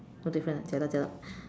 no different ah jialat jialat